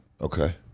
Okay